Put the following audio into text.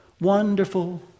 Wonderful